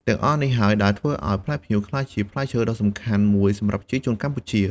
ទាំងអស់នេះហើយដែលធ្វើឱ្យផ្លែផ្ញៀវក្លាយជាផ្លែឈើដ៏សំខាន់មួយសម្រាប់ប្រជាជនកម្ពុជា។